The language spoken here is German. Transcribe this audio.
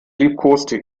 liebkoste